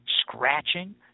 scratching